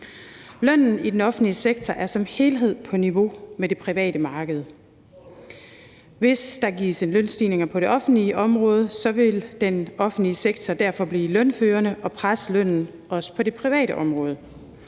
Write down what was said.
Lønnen i den offentlige sektor er som helhed på niveau med det private marked. Hvis der gives lønstigninger på det offentlige område, vil den offentlige sektor derfor blive lønførende og presse lønnen også på det private område,